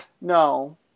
No